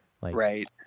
Right